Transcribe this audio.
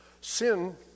Sin